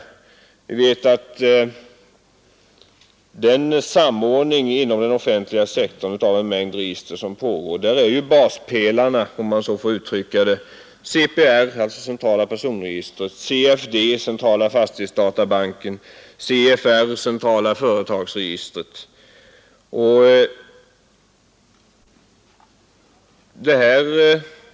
Vi vet att i den samordning av en mängd register som pågår i den offentliga sektorn är baspelarna, om man så får uttrycka det, CPR , CFD och CFR .